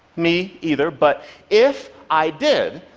me either, but if i did,